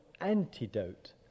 antidote